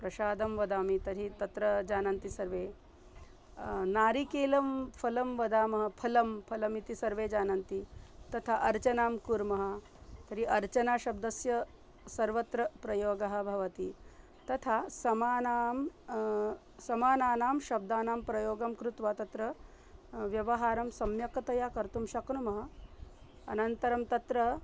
प्रसादं वदामि तर्हि तत्र जानन्ति सर्वे नारिकेलं फलं वदामः फलं फलमिति सर्वे जानन्ति तथा अर्चनां कुर्मः तर्हि अर्चना शब्दस्य सर्वत्र प्रयोगः भवति तथा समानां समानानां शब्दानां प्रयोगं कृत्वा तत्र व्यवहारं सम्यक्तया कर्तुं शक्नुमः अनन्तरं तत्र